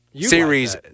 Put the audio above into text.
series